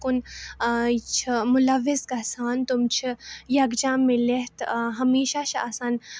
کُن چھَ مُلَوِث گژھان تِم چھِ یَکجا میٖلِتھ ہمیشہ چھِ آسان